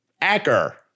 Acker